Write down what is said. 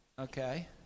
Okay